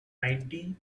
ninety